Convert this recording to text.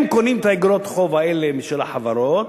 הם קונים את איגרות החוב האלה של החברות,